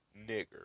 nigger